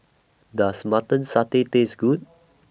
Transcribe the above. Does Mutton Satay Taste Good